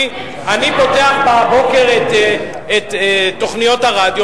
אני פותח בבוקר את תוכניות הרדיו,